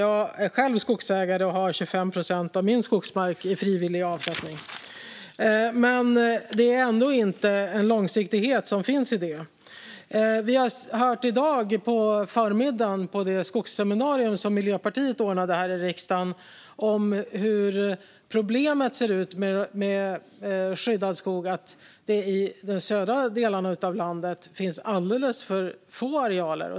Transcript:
Jag är själv skogsägare och har 25 procent av min skogsmark i frivillig avsättning. Men det är ändå inte en långsiktighet som finns i det. På det skogsseminarium som Miljöpartiet ordnade här i riksdagen har vi i dag på förmiddagen hört om hur problemet ser ut med skyddad skog. I de södra delarna av landet finns alldeles för få arealer.